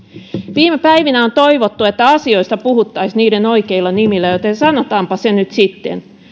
viime päivinä on toivottu että asioista puhuttaisiin niiden oikeilla nimillä joten sanotaanpa se nyt sitten